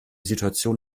situation